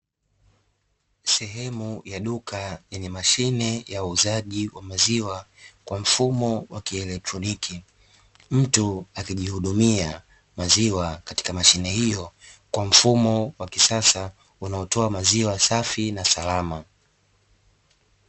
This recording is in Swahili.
Sehemu ya duka yenye mashine ya uuzaji wa maziwa, kwa mfumo wa kielektroniki. Mtu akijihudumia maziwa katika mashine hiyo, kwa mfumo wa kisasa unaotoa maziwa safi na salama.